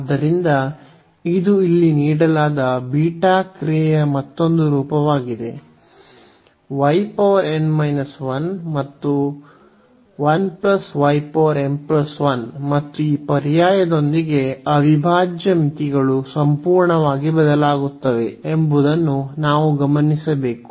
ಆದ್ದರಿಂದ ಇದು ಇಲ್ಲಿ ನೀಡಲಾದ ಬೀಟಾ ಕ್ರಿಯೆಯ ಮತ್ತೊಂದು ರೂಪವಾಗಿದೆ ಮತ್ತು ಮತ್ತು ಈ ಪರ್ಯಾಯದೊಂದಿಗೆ ಅವಿಭಾಜ್ಯ ಮಿತಿಗಳು ಸಂಪೂರ್ಣವಾಗಿ ಬದಲಾಗುತ್ತವೆ ಎಂಬುದನ್ನು ನಾವು ಗಮನಿಸಬೇಕು